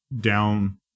down